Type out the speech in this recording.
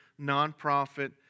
nonprofit